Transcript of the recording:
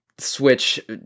Switch